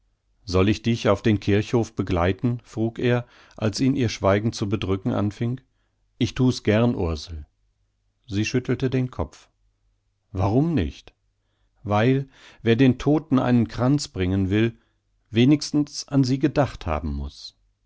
soll ich dich auf den kirchhof begleiten frug er als ihn ihr schweigen zu bedrücken anfing ich thu's gern ursel sie schüttelte den kopf warum nicht weil wer den todten einen kranz bringen will wenigstens an sie gedacht haben muß